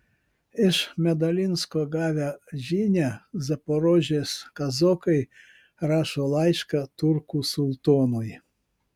iš medalinsko gavę žinią zaporožės kazokai rašo laišką turkų sultonui